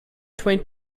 twenty